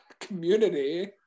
Community